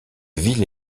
ville